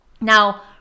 Now